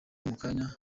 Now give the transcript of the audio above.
mukanya